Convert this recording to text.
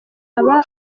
aba